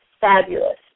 fabulous